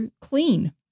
clean